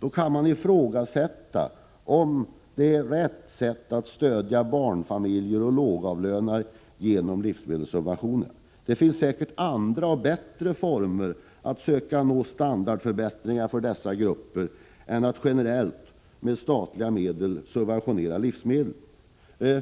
Man kan ifrågasätta om det är den rätta vägen att stödja barnfamiljer och lågavlönade genom livsmedelssubventioner. Det finns säkert andra och bättre former att söka nå standardförbättringar för dessa grupper än att generellt med statliga medel subventionera livsmedel.